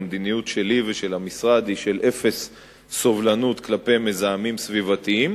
המדיניות שלי ושל המשרד היא של אפס סובלנות כלפי מזהמים סביבתיים.